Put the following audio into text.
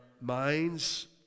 minds